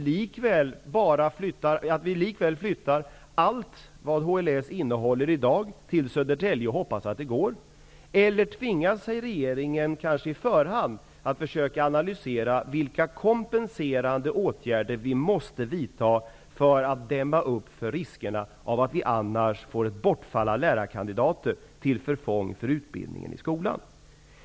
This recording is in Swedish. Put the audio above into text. Accepterar man att likväl flytta allt som i dag ingår i LHS till Södertälje i hopp om att det skall fungera, eller tvingar regeringen sig att i förhand försöka analysera vilka kompenserande åtgärder som måste vidtas för att dämma upp inför risken att det annars blir ett bortfall av lärarkandidater till förfång för utbildningen i skolan?